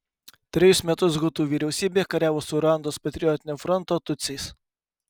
trejus metus hutų vyriausybė kariavo su ruandos patriotinio fronto tutsiais